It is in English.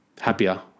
happier